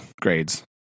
grades